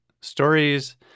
stories